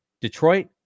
Detroit